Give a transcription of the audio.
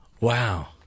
Wow